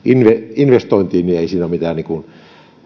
investointiin niin ei siinä ole mitään